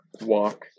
Walk